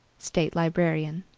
state librarian.